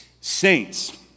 Saints